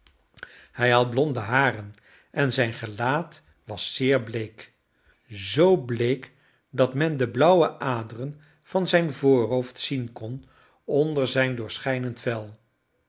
hij had blonde haren en zijn gelaat was zeer bleek zoo bleek dat men de blauwe aderen van zijn voorhoofd zien kon onder zijn doorschijnend vel